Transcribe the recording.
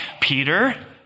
Peter